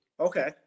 Okay